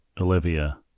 Olivia